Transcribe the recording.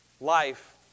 life